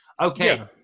okay